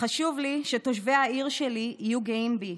חשוב לי שתושבי העיר שלי יהיו גאים בי,